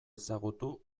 ezagutu